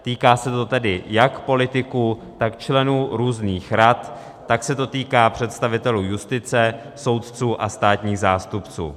Týká se to tedy jak politiků, tak členů různých rad, tak se to týká představitelů justice, soudců a státních zástupců.